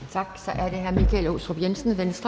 Venstre. Kl. 18:50 Michael Aastrup Jensen (V):